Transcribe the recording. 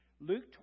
Luke